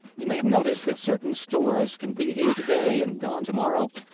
you may have noticed that certain stores can be here today, and gone tomorrow.